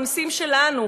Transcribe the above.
מהמסים שלנו,